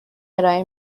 ارائه